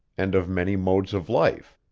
and of many modes of life.